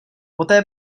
poté